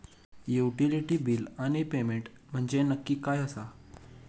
Utility बिला आणि payment म्हंजे नक्की काय आसा?